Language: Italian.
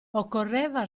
occorreva